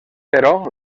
però